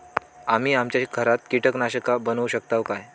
आम्ही आमच्या घरात कीटकनाशका बनवू शकताव काय?